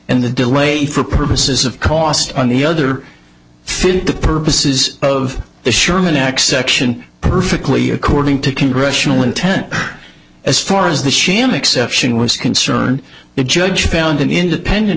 and the delay for purposes of cost on the other fit the purposes of the sherman accept ssion perfectly according to congressional intent as far as the sham exception was concerned the judge found an independent